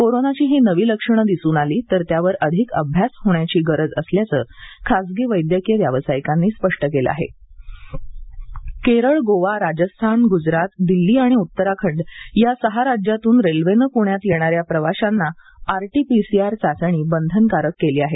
कोरोनाची ही नवी लक्षणे दिसून आली असून त्यावर अधिक अभ्यास होण्याची गरज असल्याचं या खासगी वैद्यकीय व्यावसायिकांनी स्पष्ट केलं रेल्वे प्रवासी चाचणी केरळ गोवा राजस्थान गुजरात दिल्ली आणि उत्तराखंड या सहा राज्यांतून रेल्वेने पुण्यात येणाऱ्या प्रवाशांना आरटी पीसीआर चाचणी बंधनकारक केली आहे